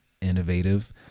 innovative